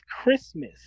christmas